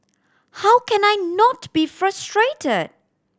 how can I not be frustrated